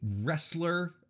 wrestler